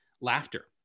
laughter